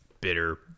bitter